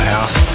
House